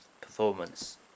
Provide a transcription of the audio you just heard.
performance